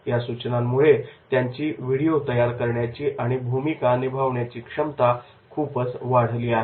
या सूचनांमुळे त्यांची व्हिडिओ तयार करण्याची आणि भूमिका निभावण्याची क्षमता खूपच वाढली आहे